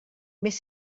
més